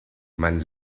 man